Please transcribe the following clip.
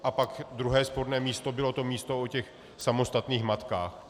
A pak druhé sporné místo bylo to místo o samostatných matkách.